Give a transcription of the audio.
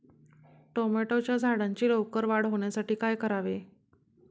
टोमॅटोच्या झाडांची लवकर वाढ होण्यासाठी काय करावे?